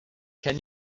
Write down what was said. can